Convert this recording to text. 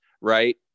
right